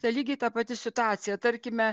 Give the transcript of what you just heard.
tai lygiai ta pati situacija tarkime